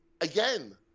again